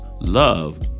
Love